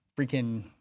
freaking